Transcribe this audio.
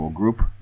group